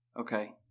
okay